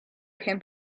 can